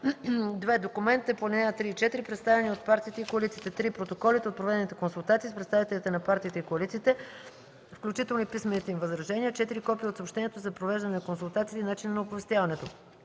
2. документите по ал. 3 и 4, представени от партиите и коалициите; 3. протоколите от проведените консултации с представителите на партиите и коалициите, включително и писмените им възражения; 4. копие от съобщението за провеждане на консултациите и начина на оповестяването